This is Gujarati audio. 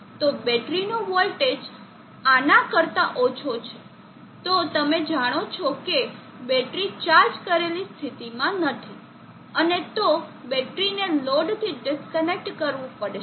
જો બેટરીનો વોલ્ટેજ આના કરતા ઓછો છે તો તમે જાણો છો કે બેટરી ચાર્જ કરેલી સ્થિતિમાં નથી અને તો બેટરીને લોડથી ડિસ્કનેક્ટ કરવું પડશે